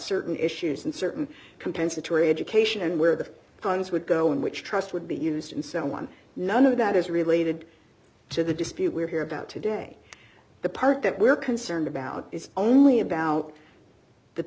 certain issues and certain compensatory education and where the guns would go in which trust would be used and so on none of that is related to the dispute we're hear about today the part that we're concerned about is only about the